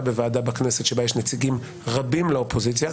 בוועדת בכנסת בה יש נציגים רבים לאופוזיציה.